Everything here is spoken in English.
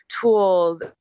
tools